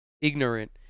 ignorant